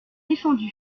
défendu